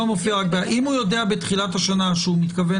אם הוא יודע בתחילת השנה שהוא מתכוון